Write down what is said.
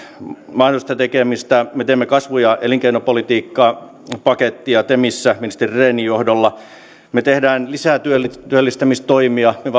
mahdollista tekemistä me teemme kasvu ja elinkeinopolitiikkapakettia temissä ministeri rehnin johdolla me teemme lisää työllistämistoimia me